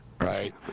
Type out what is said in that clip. right